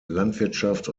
landwirtschaft